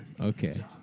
Okay